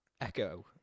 echo